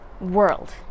world